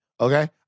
Okay